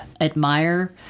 admire